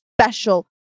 special